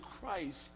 Christ